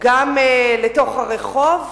גם לרחוב,